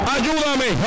ayúdame